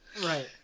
Right